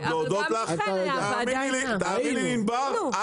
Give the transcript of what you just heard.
לא רציתי לפגוע ענבר,